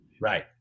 Right